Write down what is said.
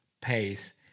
pace